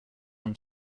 from